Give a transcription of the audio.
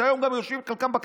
שהיום גם חלקם יושבים בכנסת.